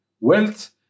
wealth